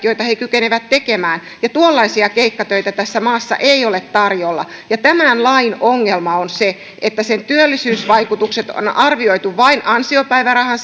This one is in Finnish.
joita he ylipäätään kykenevät tekemään ja tuollaisia keikkatöitä tässä maassa ei ole tarjolla tämän lain ongelma on se että sen työllisyysvaikutukset on arvioitu vain ansiopäivärahan